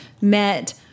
met